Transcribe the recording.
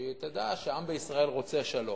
שידע שהעם בישראל רוצה שלום,